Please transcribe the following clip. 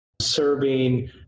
serving